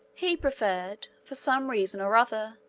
he preferred, for some reason or other,